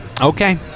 Okay